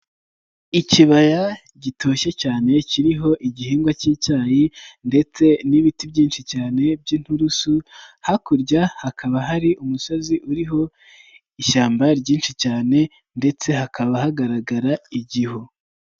Ikibaya gitoshye cyane kiriho igihingwa cy'icyayi ndetse n'ibiti byinshi cyane by'ininturusu, hakurya hakaba hari umusozi uriho ishyamba ryinshi cyane ndetse hakaba hagaragara igihu.